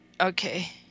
Okay